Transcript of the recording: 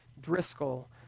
Driscoll